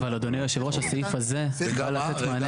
אבל, אדוני היושב-ראש, הסעיף הזה בא לתת מענה.